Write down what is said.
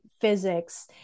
physics